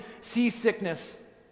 seasickness